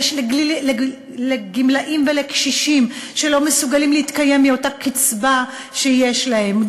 לגמלאים ולקשישים שלא מסוגלים להתקיים מהקצבה שיש להם,